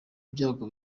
ibyago